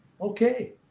Okay